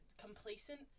complacent